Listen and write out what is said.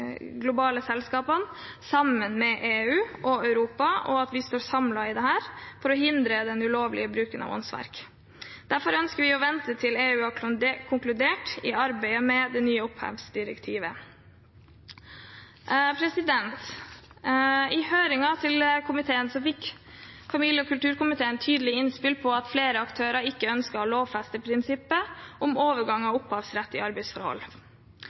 globale selskapene, sammen med EU og Europa, og at vi står samlet i dette for å hindre den ulovlige bruken av åndsverk. Derfor ønsker vi å vente til EU har konkludert i arbeidet med det nye opphavsdirektivet. I komiteens høring fikk familie- og kulturkomiteen tydelige innspill om at flere aktører ikke ønsket å lovfeste prinsippet om overgang av opphavsrett i arbeidsforhold.